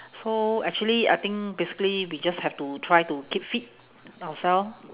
so actually I think basically we just have to try to keep fit ourselves